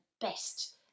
best